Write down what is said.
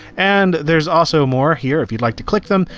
and there's also more here, if you'd like to click them,